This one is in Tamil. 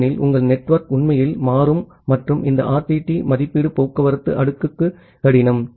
ஏனெனில் உங்கள் நெட்வொர்க் உண்மையில் மாறும் மற்றும் இந்த RTT மதிப்பீடு டிரான்ஸ்போர்ட் லேயர் க்கு கடினம்